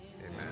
Amen